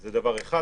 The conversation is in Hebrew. זה דבר אחד.